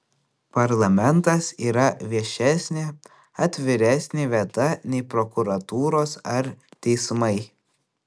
parlamentas yra viešesnė atviresnė vieta nei prokuratūros ar teismai